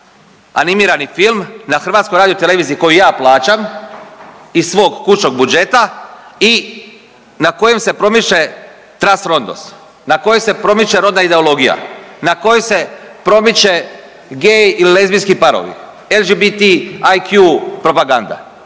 animirani film na HRT-u koju ja plaćam iz svog kućnog budžeta i na kojem se promiče transrodnost, na kojem se promiče rodna ideologija, na kojoj se promiče gay i lezbijski parovi LGBT, IQ propaganda